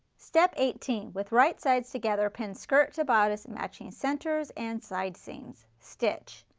step eighteen with right sides together, pin skirt to bodice matching centers and side seams, stitch.